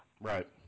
Right